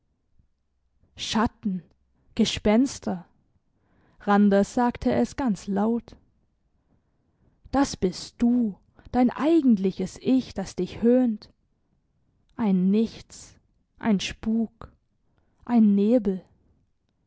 schatten gespenster randers sagte es ganz laut das bist du dein eigentliches ich das dich höhnt ein nichts ein spuk ein nebel